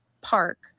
Park